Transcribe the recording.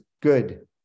Good